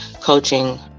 coaching